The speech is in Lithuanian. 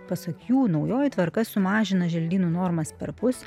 pasak jų naujoji tvarka sumažina želdynų normas perpus